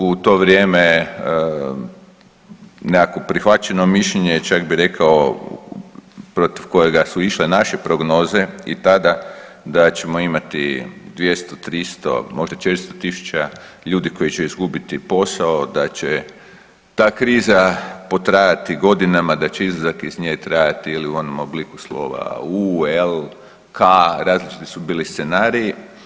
U to vrijeme nekako prihvaćeno mišljenje čak bih rekao protiv kojega su išle naše prognoze i tada da ćemo imati 200, 300 možda 400.000 ljudi koji će izgubiti posao, da će ta kriza potrajati godinama, da će izlazak iz nje trajati ili u onom obliku U, L, K, različiti su bili scenariji.